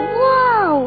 whoa